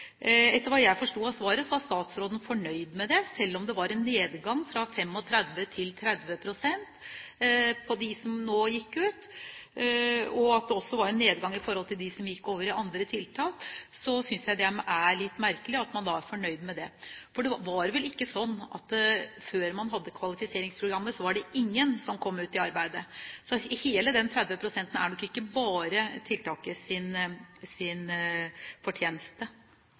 Etter hva jeg forsto av svaret, var statsråden fornøyd med resultatet, selv om dette var en nedgang fra 35 pst. til 30 pst. Det var også en nedgang i forhold til dem som gikk over i andre tiltak. Så jeg synes det er litt merkelig at man da er fornøyd med det, for det er vel ikke sånn at før man hadde kvalifiseringsprogrammet, var det ingen som kom ut i arbeid? Så 30 pst. er nok ikke bare